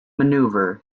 maneuver